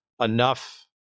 enough